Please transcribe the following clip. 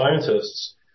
scientists